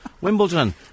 Wimbledon